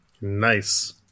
Nice